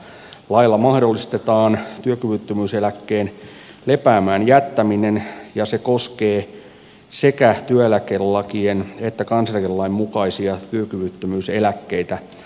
lailla mahdollistetaan työkyvyttömyyseläkkeen lepäämään jättäminen ja se koskee sekä työeläkelakien että kansaneläkelain mukaisia työkyvyttömyyseläkkeitä